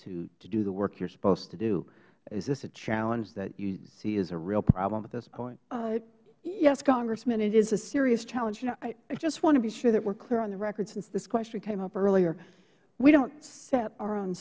need to do the work you're supposed to do is this a challenge that you see as a real problem at this point ms warren yes congressman it is a serious challenge you know i just want to be sure that we're clear on the record since this question came up earlier we don't set our own